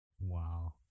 Wow